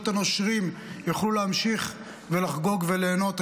הנושרים יוכלו להמשיך ולחגוג וליהנות.